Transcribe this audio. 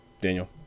Daniel